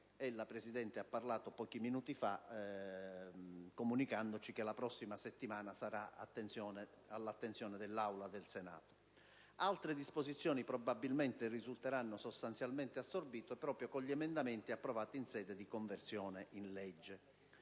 Presidente, ci ha comunicato poco fa, la prossima settimana sarà sottoposto all'attenzione dell'Assemblea del Senato. Altre disposizioni, probabilmente, risulteranno sostanzialmente assorbite proprio con gli emendamenti approvati in sede di conversione in legge.